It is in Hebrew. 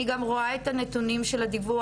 אני גם רואה את הנתונים של הדיווח,